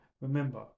Remember